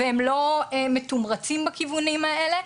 והם לא מתומרצים בכיוונים האלה.